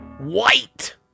White